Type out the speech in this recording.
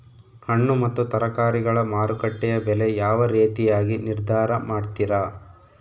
ಹಣ್ಣು ಮತ್ತು ತರಕಾರಿಗಳ ಮಾರುಕಟ್ಟೆಯ ಬೆಲೆ ಯಾವ ರೇತಿಯಾಗಿ ನಿರ್ಧಾರ ಮಾಡ್ತಿರಾ?